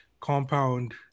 compound